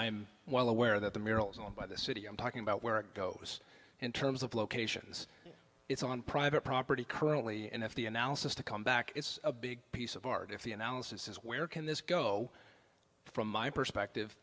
i'm well aware that the murals on by the city i'm talking about where it goes in terms of locations it's on private property currently and if the analysis to come back it's a big piece of art if the analysis is where can this go from my perspective